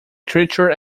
creature